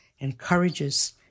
encourages